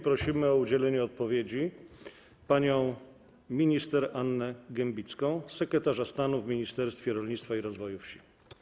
Prosimy o udzielenie odpowiedzi panią minister Annę Gembicką, sekretarz stanu w Ministerstwie Rolnictwa i Rozwoju Wsi.